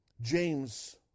James